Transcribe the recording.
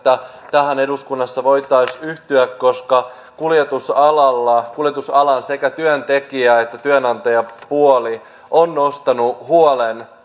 tähän eduskunnassa voitaisiin yhtyä koska kuljetusalalla sekä työntekijä että työnantajapuoli on nostanut huolen